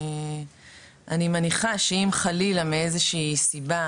אני מניחה שאם חלילה מאיזושהי סיבה